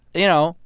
you know,